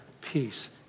peace